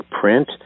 print